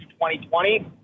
2020